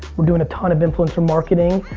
we're doing a ton of influencer marketing.